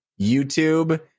YouTube